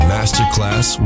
Masterclass